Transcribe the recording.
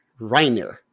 Reiner